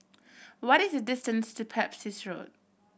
what is the distance to Pepys Road